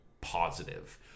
positive